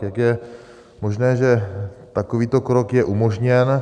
Jak je možné, že takovýto krok je umožněn?